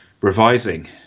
revising